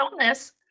illness